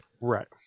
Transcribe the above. Right